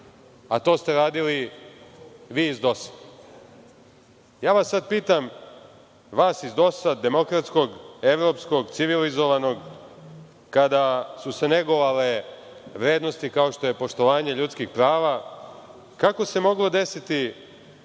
a to ste radili vi iz DOS.Ja vas pitam, vas iz DOS demokratskog, evropskog, civilizovanog, kada su se negovale vrednosti kao što je poštovanje ljudskih prava, kako se moglo desiti